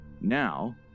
Now